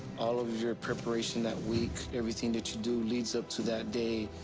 all of your preparation that week, everything that you do leads up to that day.